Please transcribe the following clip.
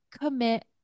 commit